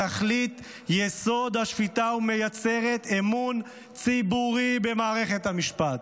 תכלית יסוד השפיטה ומייצרת אמון ציבורי במערכת המשפט.